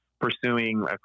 pursuing